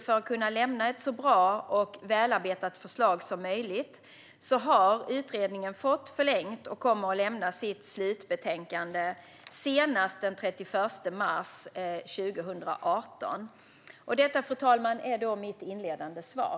För att kunna lämna ett så bra och välarbetat förslag som möjligt har utredningen fått förlängt och kommer att lämna sitt slutbetänkande senast den 31 mars 2018. Detta, fru talman, var mitt inledande svar.